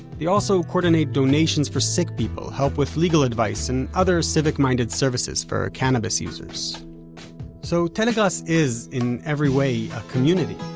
they also coordinate donations for sick people, help with legal advice and other civic-minded services for cannabis users so, telegrass is, in every way, a community.